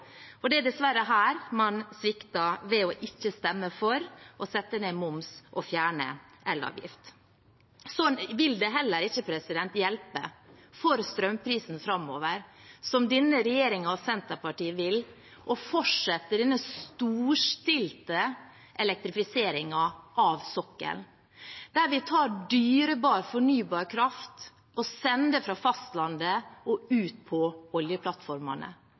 og det er dessverre her man svikter ved ikke å stemme for å sette ned moms og fjerne elavgift. Så vil det heller ikke hjelpe for strømprisen framover, som denne regjeringen og Senterpartiet vil, å fortsette denne storstilte elektrifiseringen av sokkelen, der vi tar dyrebar fornybar kraft og sender fra fastlandet og ut på oljeplattformene.